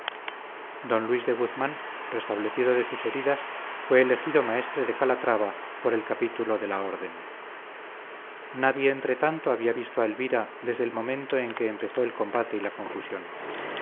don luis de guzmán restablecido de sus heridas fue elegido maestre de calatrava por el capítulo de la orden nadie entretanto había visto a elvira desde el momento en que empezó el combate y la confusión